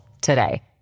today